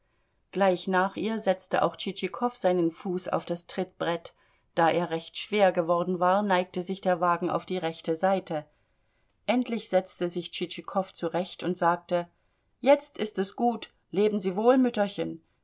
gleich nach ihr setzte auch tschitschikow seinen fuß auf das trittbrett da er recht schwer geworden war neigte sich der wagen auf die rechte seite endlich setzte sich tschitschikow zurecht und sagte jetzt ist es gut leben sie wohl mütterchen